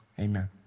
Amen